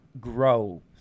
grow